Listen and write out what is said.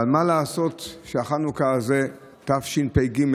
אבל מה לעשות שבחנוכה הזה, תשפ"ג,